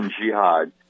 jihad